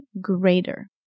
greater